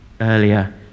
earlier